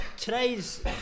Today's